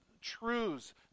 Truths